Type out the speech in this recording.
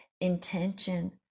intention